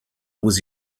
was